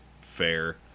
fair